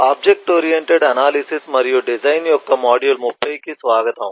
object oriented analysis మరియు design యొక్క module 30 కు స్వాగతం